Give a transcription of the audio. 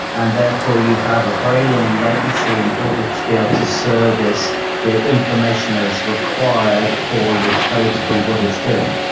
and therefore, you have a very long latency in order to be able to service the information that is required for your code to do what it's doing.